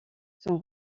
son